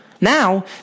Now